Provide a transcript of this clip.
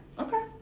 Okay